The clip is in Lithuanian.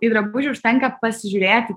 į drabužį užtenka pasižiūrėti